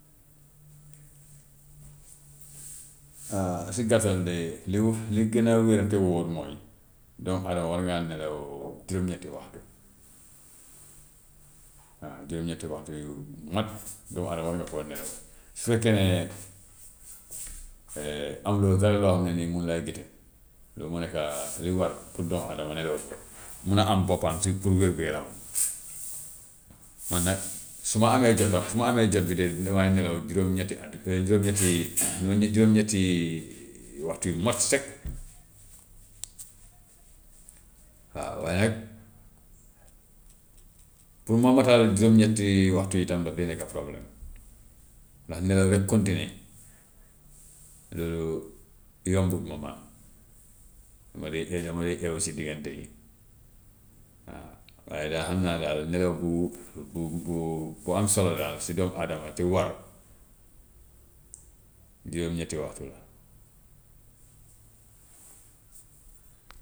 si gàttal de li li gën wér te wóor mooy doomu adama war ngaa nelaw juróom-ñetti waxtu, waaw juróom-ñetti waxtu yu mat doomu adama war nga koo nelaw. Su fekkee ne amuloo dara loo xam ne nii mu ngi lay gëtëŋ loolu moo nekka li war pour doomu adama nelaw ba mun a am boppam ci pour wér-gu-yaramam. Man nag su ma amee jot nag su ma amee jot bi rek damay nelaw juróom-ñetti at juróom-ñetti juróom-ñetti waxtu yu mot sëkk. Waaw, waaye nag pour ma motal juróom-ñetti waxtu yi tam daf dee nekka problème, ndax nelaw rek continuer loolu yombut moment, dama dee dama dee eewu si diggante yi waaw. Waaye daa xam naa daal nelaw bu bu bu bu am solo daal si doomu adama te war juróom-ñetti waxtu la.